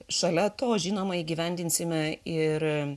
šalia to žinoma įgyvendinsime ir